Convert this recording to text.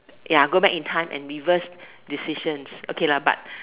ya go back in time and reverse decisions okay lah but